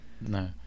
No